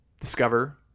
Discover